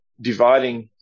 dividing